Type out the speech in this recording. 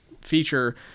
feature